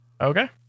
Okay